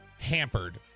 hampered